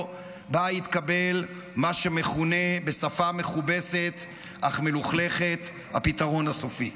שבה התקבל מה שמכונה בשפה מכובסת אך מלוכלכת "הפתרון הסופי".